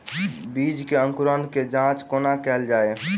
बीज केँ अंकुरण केँ जाँच कोना केल जाइ?